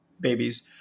babies